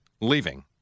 leaving